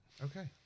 Okay